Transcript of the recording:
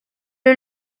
est